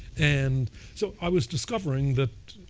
and so i was discovering that